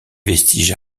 vestiges